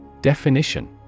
Definition